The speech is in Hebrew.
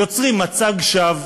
יוצרים מצג שווא.